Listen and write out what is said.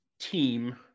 Team